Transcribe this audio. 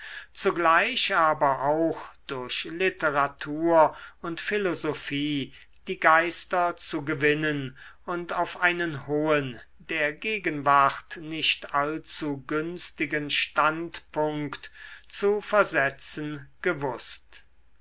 zugleich aber auch durch literatur und philosophie die geister zu gewinnen und auf einen hohen der gegenwart nicht allzu günstigen standpunkt zu versetzen gewußt